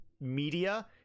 media